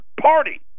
party